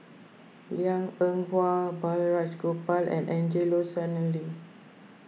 Liang Eng Hwa Balraj Gopal and Angelo Sanelli